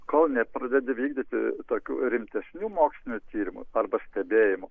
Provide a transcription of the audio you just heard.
kol nepradedi vykdyti tokių rimtesnių mokslinių tyrimų arba stebėjimų